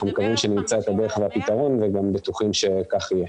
אנחנו בטוחים שנמצא את הדרך לפתרון וגם בטוחים שכך יהיה.